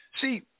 See